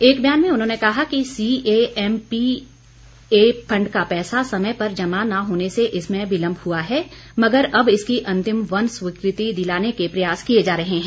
एक बयान में उन्होंने कहा कि C A M A P A fund का पैसा समय पर जमा न होने से इसमें विलम्ब हुआ है मगर अब इसकी अंतिम वन स्वीकृति दिलाने के प्रयास किए जा रहे हैं